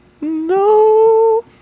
No